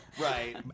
Right